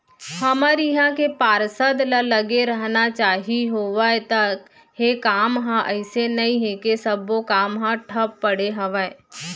हमर इहाँ के पार्षद ल लगे रहना चाहीं होवत हे काम ह अइसे नई हे के सब्बो काम ह ठप पड़े हवय